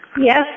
Yes